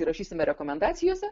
įrašysime rekomendacijose